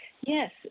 Yes